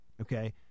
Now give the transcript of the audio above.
okay